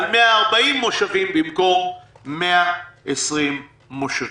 על 140 מושבים במקום 120 מושבים.